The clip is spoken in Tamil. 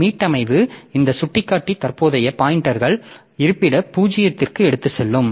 மீட்டமைவு இந்த சுட்டிக்காட்டி தற்போதைய பாய்ன்டெர் இருப்பிட 0 க்கு எடுத்துச் செல்லும்